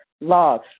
love